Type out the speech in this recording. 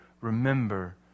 remember